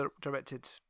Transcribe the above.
directed